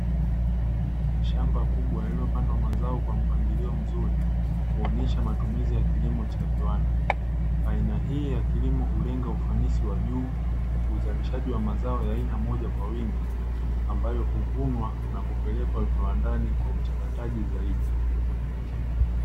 Shamba kubwa lililo pandwa mazao kwa mpangilio mzuri kuonyesha matumizi ya kilimo cha viwanda. Aina hii ya kilimo hulenga ufanisi wa juu, uzalishaji wa mazao ya aina moja kwa wingi ambayo huvunwa na kupelekwa viwandani kwa uchakataji zaidi.